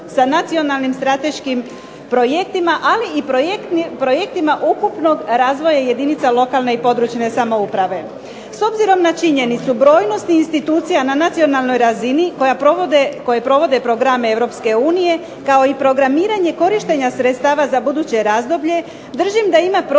sa Nacionalnim strateškim projektima, ali i projektima ukupnog razvoja jedinica lokalne i područne samouprave. S obzirom na činjenicu brojnosti institucija na nacionalnoj razini koje provode programe Europske unije, kao i programiranje korištenja sredstava za buduće razdoblje držim da ima prostora